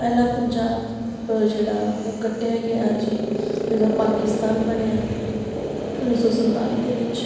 ਪਹਿਲਾਂ ਪੰਜਾਬ ਜਿਹੜਾ ਉਹ ਕੱਟਿਆ ਗਿਆ ਜੀ ਜਦੋਂ ਪਾਕਿਸਤਾਨ ਬਣਿਆ ਉੱਨੀ ਸੌ ਸੰਤਾਲੀ ਦੇ ਵਿੱਚ